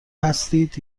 هستید